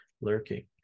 lurking